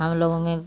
हम लोगों में